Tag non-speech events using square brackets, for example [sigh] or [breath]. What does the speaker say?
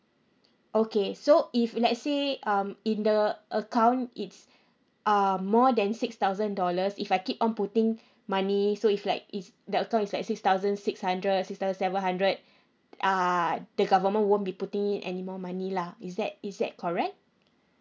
okay so if let's say um in the account it's uh more than six thousand dollars if I keep on putting money so if like is the account is like six thousand six hundred six thousand seven hundred [breath] [noise] uh the government won't be putting in anymore money lah is that is that correct